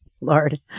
Lord